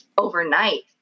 overnight